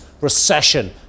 recession